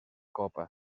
copa